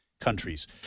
countries